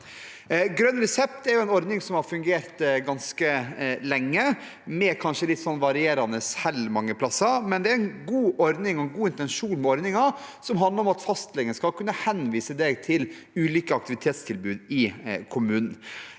Grønn resept er en ordning som har fungert ganske lenge, kanskje med litt varierende hell mange plasser. Det er likevel en god ordning med en god intensjon, som handler om at fastlegen skal kunne henvise deg til ulike aktivitetstilbud i kommunen.